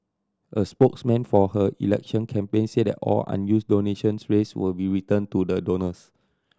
a spokesman for her election campaign said that all unused donations raised will be returned to the donors